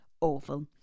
awful